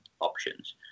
options